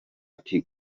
ati